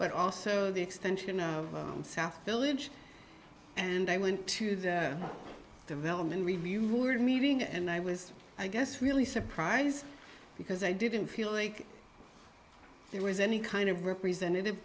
but also the extension of the south village and i went to the development review board meeting and i was i guess really surprised because i didn't feel like there was any kind of representative